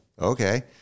okay